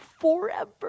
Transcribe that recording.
forever